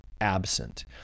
absent